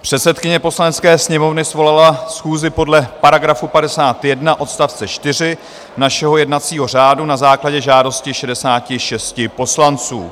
Předsedkyně Poslanecké sněmovny svolala schůzi podle § 51 odst. 4 našeho jednacího řádu na základě žádosti 66 poslanců.